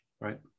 right